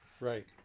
Right